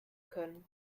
können